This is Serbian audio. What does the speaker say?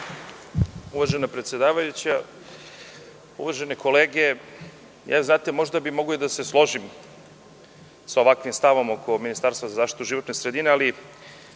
Uvažena predsedavajuća, uvažene kolege, možda bih mogao i da se složim sa ovakvim stavom oko ministarstva zaštite životne sredine, ali